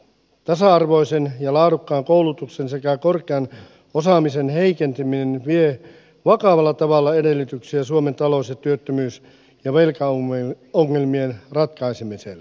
tasa arvoisen ja laadukkaan koulutuksen sekä korkean osaamisen heikentäminen vie vakavalla tavalla edellytyksiä suomen talous ja työttömyys ja velkaongelmien ratkaisemiselta